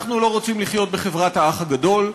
אנחנו לא רוצים לחיות בחברת האח הגדול.